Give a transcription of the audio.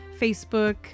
Facebook